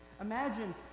Imagine